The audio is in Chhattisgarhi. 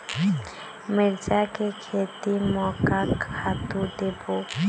मिरचा के खेती म का खातू देबो?